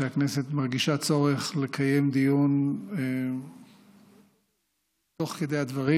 שהכנסת מרגישה צורך לקיים דיון תוך כדי הדברים.